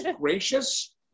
gracious